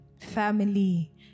family